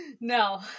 No